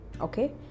okay